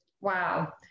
Wow